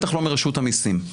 בטח לא מרשות המיסים.